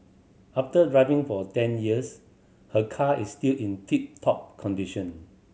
after driving for ten years her car is still in tip top condition